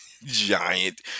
Giant